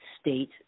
state